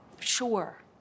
sure